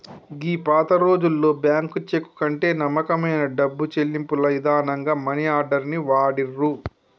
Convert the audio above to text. గీ పాతరోజుల్లో bank cheque కంటే నమ్మకమైన డబ్బు చెల్లింపుల ఇదానంగా మనీ ఆర్డర్ ని వాడిర్రు